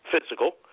physical